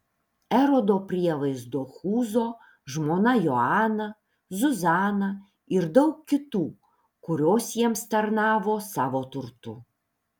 erodo prievaizdo chūzo žmona joana zuzana ir daug kitų kurios jiems tarnavo savo turtu